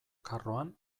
karroan